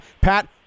Pat